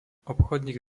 obchodník